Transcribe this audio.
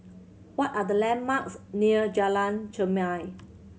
what are the landmarks near Jalan Chermai